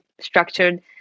structured